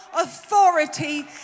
authority